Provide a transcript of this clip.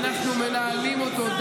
ואנחנו מנהלים אותו,